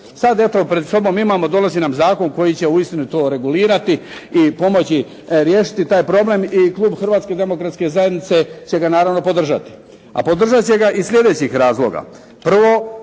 Sad eto pred sobom imamo, dolazi nam zakon koji će uistinu to regulirati i pomoći riješiti taj problem i klub Hrvatske demokratske zajednice će ga naravno podržati. A podržat će ga iz slijedećih razloga. Prvo,